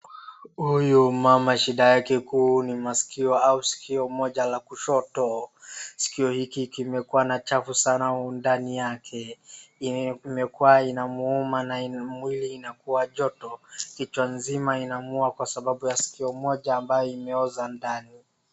Huyu mama shida yake kuu ni maskio au sikio moja la kushoto . Sikio hiki kimekuwa na chafu sana ndani yake. Imekuwa inamuuma na mwilii inakua joto kichwa nzima inamuma kwa sababu ya sikio moja ambayo imeoza ndani .